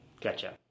Gotcha